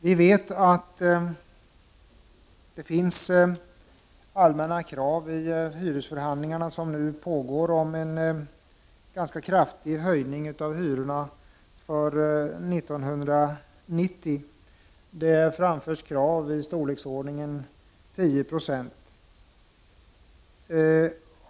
Vi vet att det finns allmänna krav om en ganska kraftig höjning av hyrorna för år 1990 i de hyreshusförhandlingar som nu pågår. Det framförs krav på höjningar på i storleksordningen 10 96.